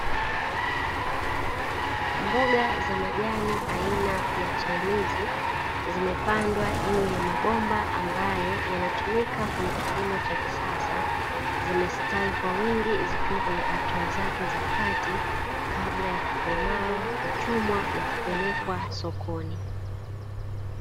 Mboga za majani aina ya chainizi, zimepandwa juu ya mabomba ambayo yanatumika kwenye kilimo cha kisasa. Zimestawi kwa wingi zikiwa kwenye hatua zake za kati, kabla ya kukomaa, kuchumwa na kupelekwa sokoni.